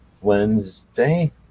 Wednesday